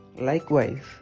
Likewise